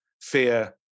fear